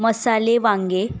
मसाले वांगे